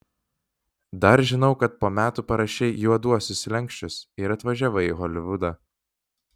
dar žinau kad po metų parašei juoduosius slenksčius ir atvažiavai į holivudą